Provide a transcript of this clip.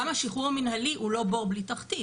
אגב, גם השחרור המנהלי הוא לא בור ללא תחתית.